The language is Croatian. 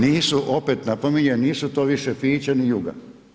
Nisu opet, napominjem, nisu to više Fiće ni Yuga.